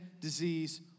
disease